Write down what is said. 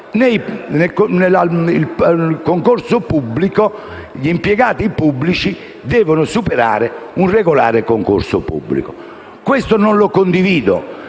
secondo il quale gli impiegati pubblici devono superare un regolare concorso pubblico. Questo non lo condivido.